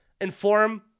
inform